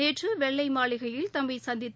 நேற்று வெள்ளை மாளிகையில் தம்மை சந்தித்த